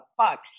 fuck